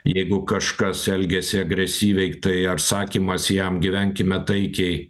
jeigu kažkas elgiasi agresyviai tai ar sakymas jam gyvenkime taikiai